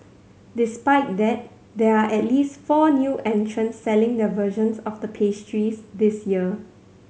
despite that there are at least four new entrants selling their versions of the pastries this year